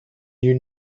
you